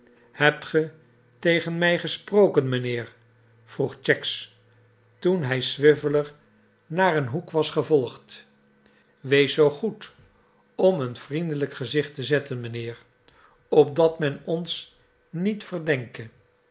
hebt gij tegen mij gesproken mijnheer vroeg cheggs toen hij swiveller naar een hoek was gevolgd wees zoo goed om een vriendelijk gezicht te zetten mijnheer opdat men ons niet verdenke